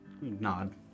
Nod